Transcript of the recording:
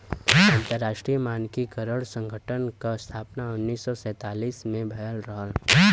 अंतरराष्ट्रीय मानकीकरण संगठन क स्थापना उन्नीस सौ सैंतालीस में भयल रहल